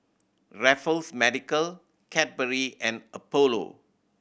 Raffles Medical Cadbury and Apollo